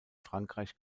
frankreich